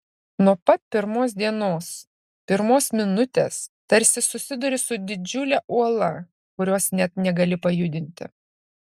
nuo pat pirmos dienos pirmos minutės tarsi susiduri su didžiule uola kurios net negali pajudinti